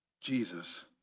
Jesus